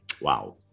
Wow